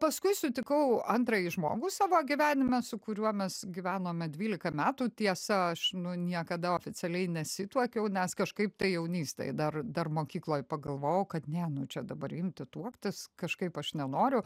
paskui sutikau antrąjį žmogų savo gyvenime su kuriuo mes gyvenome dvylika metų tiesa aš niekada oficialiai nesituokiau nes kažkaip tai jaunystėj dar dar mokykloj pagalvojau kad ne nu čia dabar imti tuoktis kažkaip aš nenoriu